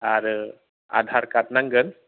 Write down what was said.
आरो आधार कार्ड नांगोन